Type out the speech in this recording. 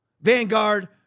Vanguard